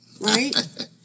Right